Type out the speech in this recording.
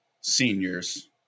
seniors